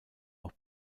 auch